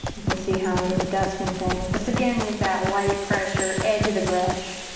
you can see how i'm just dusting things. this again is that light pressure, edge of the brush.